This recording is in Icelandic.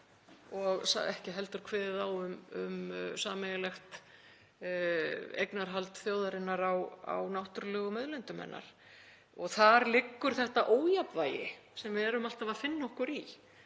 og ekki heldur kveðið á um sameiginlegt eignarhald þjóðarinnar á náttúrulegum auðlindum hennar. Þar liggur þetta ójafnvægi sem við erum alltaf að finna okkur í